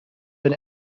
been